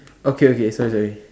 okay okay sorry sorry